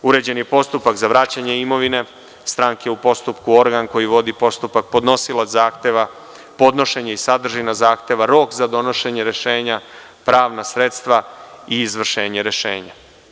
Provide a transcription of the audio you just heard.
Uređen je postupak za vraćanje imovine stranke u postupku, organ koji vodi postupak, podnosilac zahteva, podnošenje i sadržina zahteva, rok za donošenje rešenja, pravna sredstva i izvršenje rešenja.